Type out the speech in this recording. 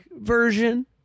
version